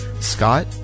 scott